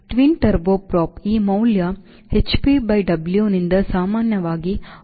twin turbo prop ಈ ಮೌಲ್ಯ hpWನಿಂದ ಸಾಮಾನ್ಯವಾಗಿ 0